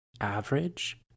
average